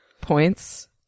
points